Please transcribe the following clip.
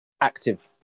active